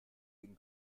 gegen